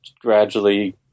gradually